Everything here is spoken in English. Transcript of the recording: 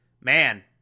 Man